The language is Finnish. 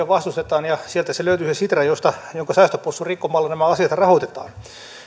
vastustetaan ja sieltä löytyy se sitra jonka säästöpossun rikkomalla nämä asiat rahoitetaan